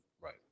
Right